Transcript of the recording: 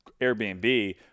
Airbnb